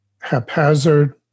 haphazard